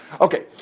Okay